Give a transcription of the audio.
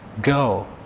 go